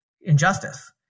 injustice